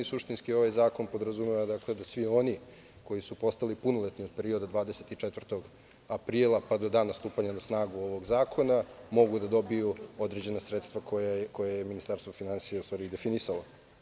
Suštinski ovaj zakon podrazumeva da svi oni koji su postali punoletni u periodu od 24. aprila pa do dana stupanja na snagu ovog zakona mogu da dobiju određena sredstva koje je Ministarstvo finansija definisalo.